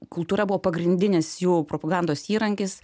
kultūra buvo pagrindinis jų propagandos įrankis